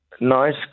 nice